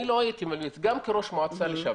גם כראש מועצה לשעבר,